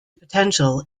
potential